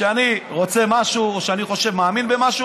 כשאני רוצה משהו או כשאני חושב ומאמין במשהו,